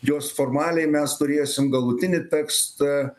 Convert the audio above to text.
jos formaliai mes turėsim galutinį tekstą